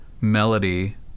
melody